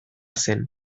zen